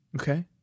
Okay